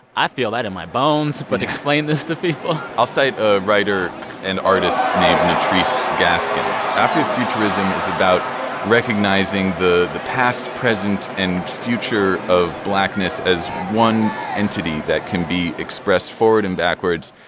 i feel that in my bones. but explain this to people i'll cite a writer an artist named nettrice gaskins. afrofuturism is about recognizing the the past, present and future of blackness as one entity that can be expressed forward and backwards.